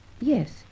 Yes